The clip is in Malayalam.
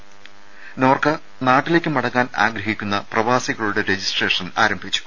ത നോർക്ക നാട്ടിലേക്ക് മടങ്ങാൻ ആഗ്രഹിക്കുന്ന പ്രവാസികളുടെ രജിസ്ട്രേഷൻ ആരംഭിച്ചു